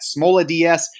SmolaDS